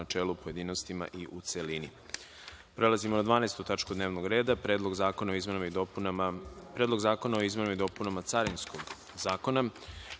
načelu, u pojedinostima i u celini. Prelazimo na 12. tačku dnevnog reda - Predlog zakona o izmenama i dopunama Carinskog zakona. Primili